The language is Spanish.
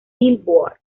billboard